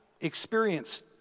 experienced